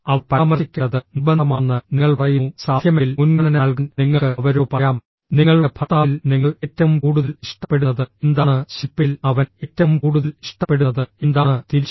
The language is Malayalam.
അവർ പരാമർശിക്കേണ്ടത് നിർബന്ധമാണെന്ന് നിങ്ങൾ പറയുന്നു സാധ്യമെങ്കിൽ മുൻഗണന നൽകാൻ നിങ്ങൾക്ക് അവരോട് പറയാം നിങ്ങളുടെ ഭർത്താവിൽ നിങ്ങൾ ഏറ്റവും കൂടുതൽ ഇഷ്ടപ്പെടുന്നത് എന്താണ് ശിൽപയിൽ അവൻ ഏറ്റവും കൂടുതൽ ഇഷ്ടപ്പെടുന്നത് എന്താണ് തിരിച്ചും